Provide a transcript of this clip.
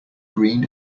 green